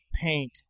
paint